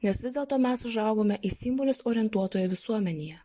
nes vis dėlto mes užaugome į simbolius orientuotoje visuomenėje